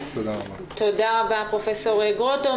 תודה רבה פרופ' גרוטו.